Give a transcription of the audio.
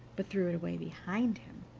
but threw it away behind him,